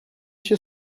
się